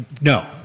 No